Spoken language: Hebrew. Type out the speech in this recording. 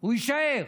הוא יישאר.